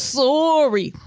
sorry